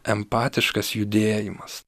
empatiškas judėjimas